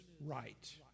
right